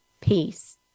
peace